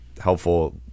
helpful